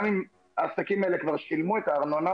גם אם העסקים האלה כבר שילמו את הארנונה